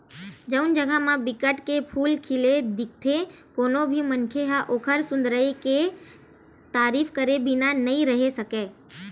जउन जघा म बिकट के फूल खिले दिखथे कोनो भी मनखे ह ओखर सुंदरई के तारीफ करे बिना नइ रहें सकय